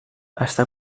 està